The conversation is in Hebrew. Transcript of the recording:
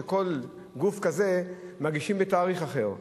שלכל גוף כזה מגישים בתאריך אחר.